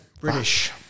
British